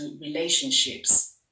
relationships